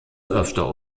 öfter